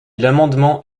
l’amendement